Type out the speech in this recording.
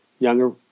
younger